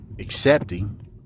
accepting